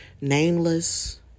Nameless